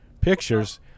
pictures